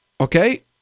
Okay